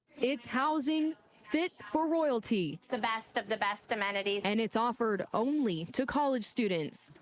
it's housing fit for royalty. the best of the best amenities. and it's offered only to college students.